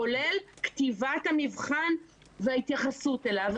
כולל כתיבת המבחן וההתייחסות אליו,